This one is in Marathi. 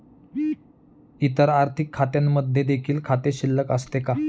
इतर आर्थिक खात्यांमध्ये देखील खाते शिल्लक असते का?